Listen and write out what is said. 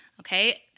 Okay